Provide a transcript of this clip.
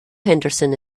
henderson